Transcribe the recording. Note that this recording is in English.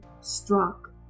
struck